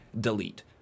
Delete